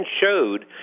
showed